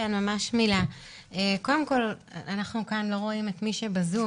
אנחנו כאן לא רואים את מי שבזום,